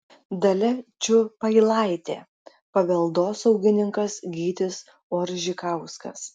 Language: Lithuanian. dalia čiupailaitė paveldosaugininkas gytis oržikauskas